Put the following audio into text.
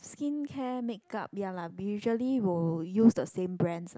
skincare makeup ya lah usually will use the same brands lah